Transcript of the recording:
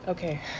okay